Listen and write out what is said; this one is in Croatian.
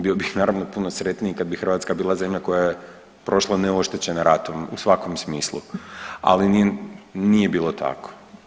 Bio bih naravno puno sretniji kad bi Hrvatska bila zemlja koja je prošla neoštećena ratom u svakom smislu, ali nije bilo tako.